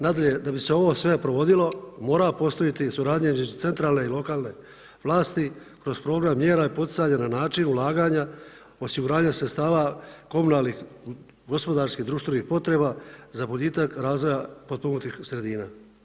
Nadalje, da bi se ovo sve provodilo mora postojati suradnja između centralne i lokalne vlasti kroz program mjera i poticanja na način ulaganja osiguranja sredstava komunalnih gospodarskih društvenim potreba za boljitak razvoja potpomognutih sredina.